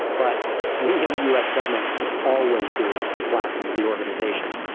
but we, in the us government, can always do with some flattening of the organization,